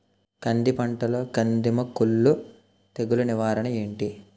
కంది పంటలో కందము కుల్లు తెగులు నివారణ ఏంటి?